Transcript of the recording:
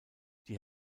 die